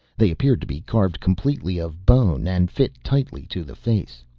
they appeared to be carved completely of bone and fit tightly to the face,